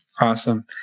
awesome